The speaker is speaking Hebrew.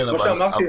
כמו שאמרתי,